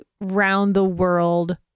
round-the-world